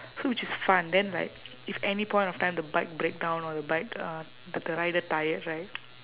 so which is fun then like if any point of time the bike break down or the bike uh the the rider tired right